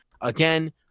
Again